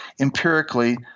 empirically